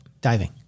Diving